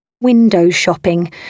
window-shopping